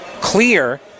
clear